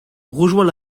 rejoint